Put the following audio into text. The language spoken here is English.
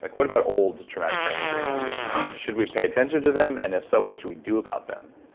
like what about old traumatic brain injuries? should we pay attention to them? and if so, what should we do about them?